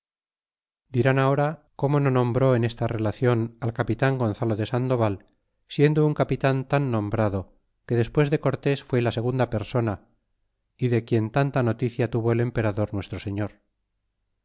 dirn ahora como no nombró en esta relacion al capitan gonzalo de sandoval siendo un capitan tan nombrado que despues de cortés fué la segunda persona y de quien tanta noticia tuvo el emperador nuestro señor